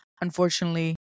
unfortunately